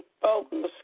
focus